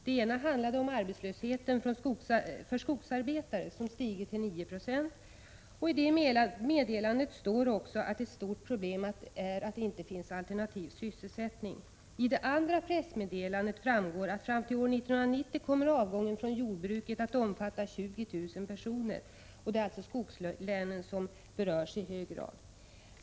Det ena handlade om arbetslösheten för skogsarbetare, som stigit till 9 90. I det meddelandet står också att det är ett stort problem att det inte finns alternativ sysselsättning. Av det andra pressmeddelandet framgår att fram till år 1990 kommer avgången från jordbruket att omfatta 20 000 personer. Det är skogslänen som berörs i hög grad.